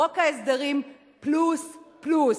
חוק ההסדרים פלוס פלוס,